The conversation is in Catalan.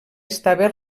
estava